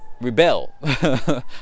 rebel